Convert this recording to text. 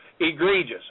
egregious